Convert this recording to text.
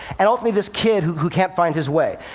and ultimately, this kid who who can't find his way.